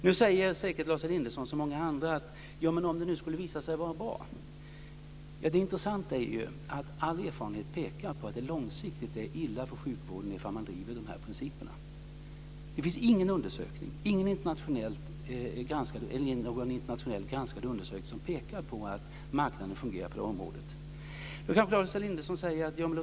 Nu säger säkert Lars Elinderson, som så många andra, att det skulle kunna visa sig att det vore bra. Det intressant är ju att all erfarenhet pekar på att det långsiktigt är illa för sjukvården ifall man driver dessa principer. Det finns ingen internationellt granskad undersökning som pekar på att marknaden fungerar på detta område. Då kanske Lars Elinderson säger: Ja, men låt oss se.